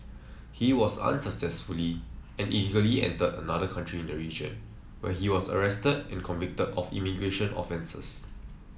he was unsuccessfully and illegally entered another country in the region where he was arrested and convicted of immigration offences